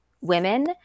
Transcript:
women